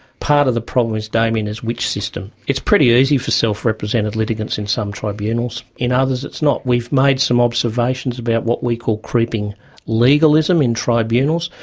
part of the problem, damien, is which system? it's pretty easy for self-represented litigants in some tribunals, in others it's not. we've made some observations about what we call creeping legalism in tribunals.